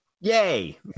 Yay